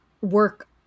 work